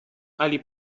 علی